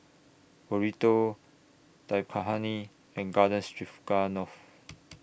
Burrito Dal Makhani and Garden Stroganoff